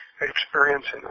experiencing